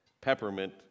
peppermint